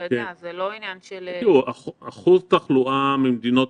זה לא עניין של --- אחוז תחלואה ממדינות